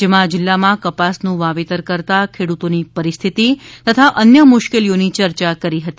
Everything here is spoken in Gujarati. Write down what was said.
જેમાં જિલ્લામાં કપાસનું વાવેતર કરતા ખેડૂતોની પરિસ્થિતી તથા અન્ય મુશ્કેલીઓની ચર્ચા કરી હતી